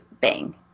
bang